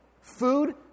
Food